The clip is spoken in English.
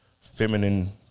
Feminine